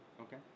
Okay